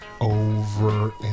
over